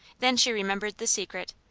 then she remembered the secret,